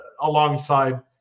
alongside